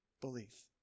Belief